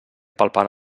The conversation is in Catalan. palpant